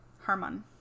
Harmon